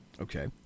Okay